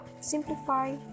simplify